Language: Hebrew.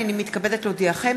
הנני מתכבדת להודיעכם,